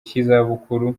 cy’izabukuru